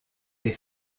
des